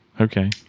Okay